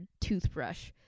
toothbrush